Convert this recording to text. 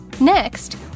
Next